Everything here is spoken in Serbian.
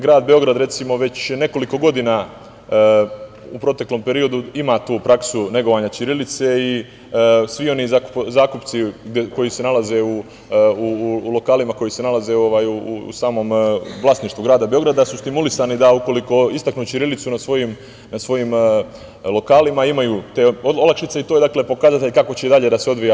Grad Beograd, recimo, već nekoliko godina, u proteklom periodu, ima tu praksu negovanje ćirilice i svi oni zakupci koji se nalaze u lokalima, koji se nalaze u samom vlasništvu grada Beograda, su stimulisani, ukoliko istaknu ćirilicu na svojim lokalima, imaju te olakšice i to je pokazatelj kako će dalje da se odvija.